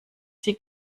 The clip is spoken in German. sie